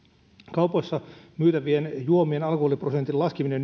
kaupoissa myytävien juomien alkoholiprosentin laskemista